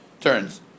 turns